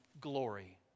glory